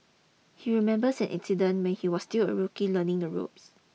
he remembers an incident when he was still a rookie learning the ropes